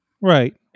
right